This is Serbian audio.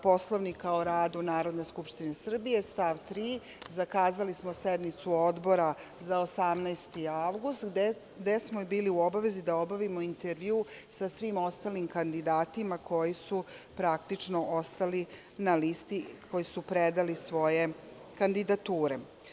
Poslovnika o radu Narodne skupštine Srbije, stav 3. zakazali smo sednicu Odbora za 18. avgusta, gde smo i bili u obavezi da obavimo intervju sa svim ostalim kandidatima koji su praktično ostali na listi, koji su predali svoje kandidature.